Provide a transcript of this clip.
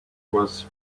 was